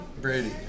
Brady